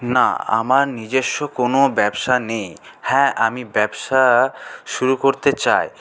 না আমার নিজস্ব কোনও ব্যবসা নেই হ্যাঁ আমি ব্যবসা শুরু করতে চাই